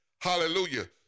Hallelujah